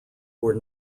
were